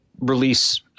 release